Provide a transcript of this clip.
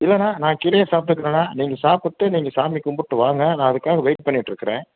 இல்லைண்ணா நான் கீழயே சாப்பிட்டுக்குறேண்ணா நீங்கள் சாப்பிட்டு நீங்கள் சாமி கும்பிட்டு வாங்கள் நான் அதுக்காக வெயிட் பண்ணிகிட்டு இருக்கிறேன்